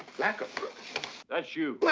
lack of that's you. lack